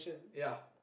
ya